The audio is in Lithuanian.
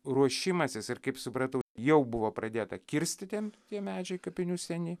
ruošimasis ir kaip supratau jau buvo pradėta kirsti tie tie medžiai kapinių seni